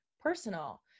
personal